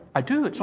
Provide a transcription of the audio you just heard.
i do. it's on